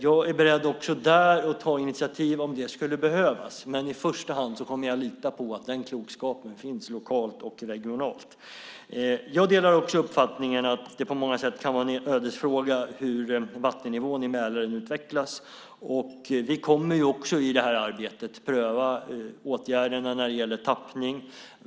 Också där är jag beredd att ta initiativ om det skulle behövas, men i första hand kommer jag att lita på att den klokskapen finns lokalt och regionalt. Jag delar uppfattningen att det kan vara en ödesfråga hur vattennivån i Mälaren utvecklas. Vi kommer i detta arbete att pröva åtgärderna när det gäller tappning.